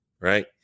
right